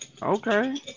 Okay